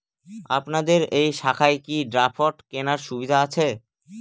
আপনাদের এই শাখায় কি ড্রাফট কেনার সুবিধা আছে?